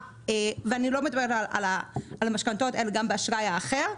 ואני לא מדברת על המשכנתאות אלא גם באשראי האחר.